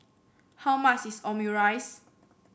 how much is Omurice